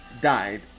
died